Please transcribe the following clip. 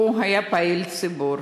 הוא היה פעיל ציבור,